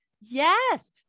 yes